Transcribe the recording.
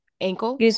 ankle